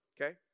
okay